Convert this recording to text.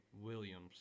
Williams